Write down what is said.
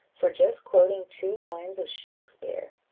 for just quoting two lines of shakspeare!